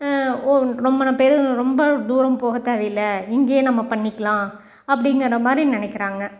ஓ ரொம்ப ந பேர் ரொம்ப தூரம் போக தேவையில்லை இங்கேயே நம்ம பண்ணிக்கலாம் அப்படிங்கிற மாதிரி நினைக்கிறாங்க